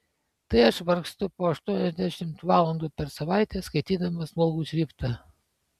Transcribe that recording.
tai aš vargstu po aštuoniasdešimt valandų per savaitę skaitydama smulkų šriftą